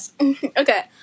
Okay